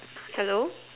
hello